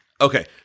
Okay